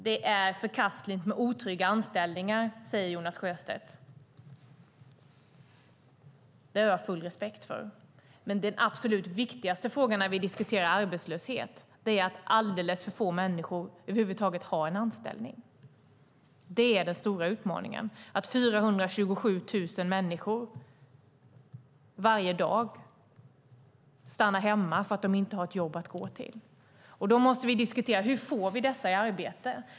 Det är förkastligt med otrygga anställningar, säger Jonas Sjöstedt. Det har jag full respekt för. Men den absolut viktigaste frågan när vi diskuterar arbetslöshet är att alldeles för få människor över huvud taget har en anställning. Det är den stora utmaningen, att 427 000 människor varje dag stannar hemma för att de inte har ett jobb att gå till. Då måste vi diskutera: Hur får vi dessa i arbete?